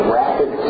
rapid